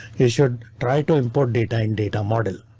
you should try to import data in data model.